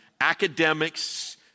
academics